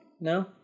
no